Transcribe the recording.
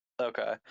Okay